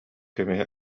көмүһү